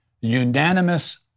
unanimous